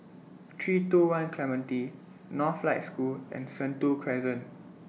three two one Clementi Northlight School and Sentul Crescent